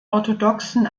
orthodoxen